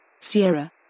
Sierra